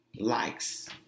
likes